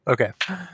okay